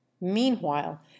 meanwhile